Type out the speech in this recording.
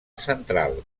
central